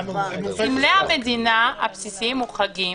סמלי המדינה הבסיסיים מוחרגים.